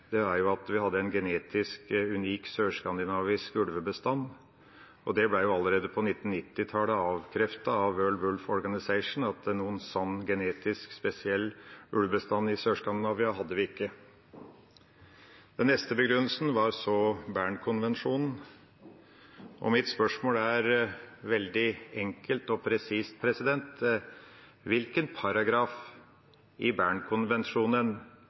at vi har en genetisk unik sørskandinavisk ulvebestand. Det ble allerede på 1990-tallet avkreftet av World Wolf Organisation – tror jeg de het – at noen sånn genetisk spesiell ulvebestand hadde vi ikke i Sør-Skandinavia. Den neste begrunnelsen var Bernkonvensjonen. Mitt spørsmål er veldig enkelt og presist: Hvilken paragraf i Bernkonvensjonen